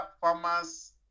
farmers